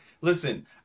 listen